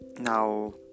now